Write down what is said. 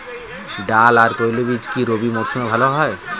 ডাল আর তৈলবীজ কি রবি মরশুমে ভালো হয়?